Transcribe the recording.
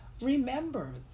remember